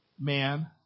man